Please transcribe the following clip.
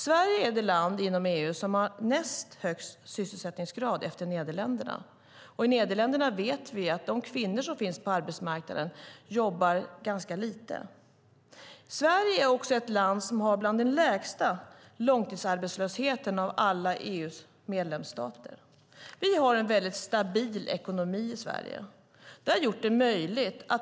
Sverige är det land inom EU som har näst högst sysselsättningsgrad efter Nederländerna, och vi vet att de kvinnor som finns på arbetsmarknaden i Nederländerna jobbar ganska lite. Sverige är också ett land som har bland den lägsta långtidsarbetslösheten av alla EU:s medlemsstater. Vi har en mycket stabil ekonomi i Sverige.